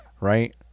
right